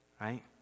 Right